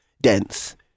dense